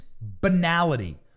banality